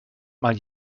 mal